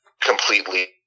completely